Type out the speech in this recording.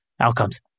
outcomes